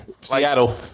Seattle